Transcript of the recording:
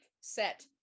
set